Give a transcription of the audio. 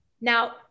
Now